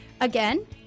Again